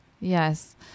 Yes